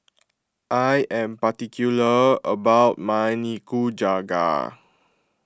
I am particular about my Nikujaga